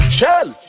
Shell